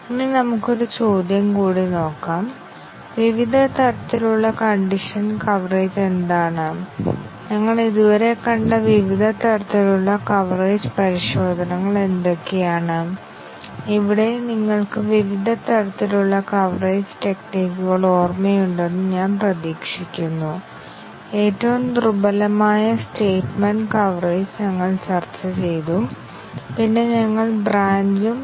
കഴിഞ്ഞ സെഷനിൽ ഞങ്ങൾ ചർച്ചചെയ്യുന്ന കൺട്രോൾ ഫ്ലോ ഗ്രാഫ് പ്രോഗ്രാമിന്റെ സ്റ്റേറ്റ്മെന്റ് ഈ ഗ്രാഫിന്റെ നോഡുകളായ പ്രോഗ്രാമിന്റെ ഒരു ഗ്രാഫ് പ്രാതിനിധ്യമാണ് ഇത് പ്രോഗ്രാമിലൂടെ കൺട്രോൾ ഫ്ലോ ക്രമത്തെ പ്രതിനിധീകരിക്കുന്നു അല്ലെങ്കിൽ സ്റ്റേറ്റ്മെൻറ് എക്സിക്യൂട്ട് ചെയ്യുന്ന ഫ്ലോ നടപ്പിലാക്കുന്നു